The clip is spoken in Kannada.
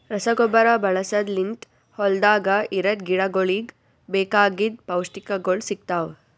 ರಸಗೊಬ್ಬರ ಬಳಸದ್ ಲಿಂತ್ ಹೊಲ್ದಾಗ ಇರದ್ ಗಿಡಗೋಳಿಗ್ ಬೇಕಾಗಿದ್ ಪೌಷ್ಟಿಕಗೊಳ್ ಸಿಗ್ತಾವ್